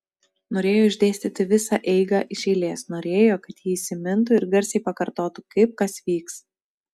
norėjo išdėstyti visą eigą iš eilės norėjo kad ji įsimintų ir garsiai pakartotų kaip kas vyks